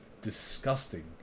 disgusting